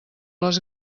les